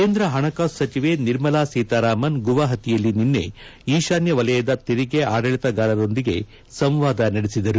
ಕೇಂದ್ರ ಹಣಕಾಸು ಸಚಿವೆ ನಿರ್ಮಲಾ ಸೀತಾರಾಮನ್ ಗೌವಾಹಟಯಲ್ಲಿ ನಿನ್ನೆ ಈಶಾನ್ದದ ವಲಯದ ತೆರಿಗೆ ಆಡಳಿತಗಾರರೊಂದಿಗೆ ಸಂವಾದ ನಡೆಸಿದರು